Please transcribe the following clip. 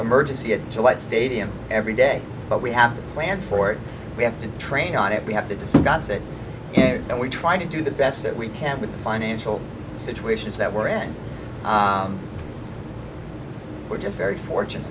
emergency at gillette stadium every day but we have to plan for it we have to train on it we have to discuss it and we try to do the best that we can with the financial situations that we're in we're just very fortunate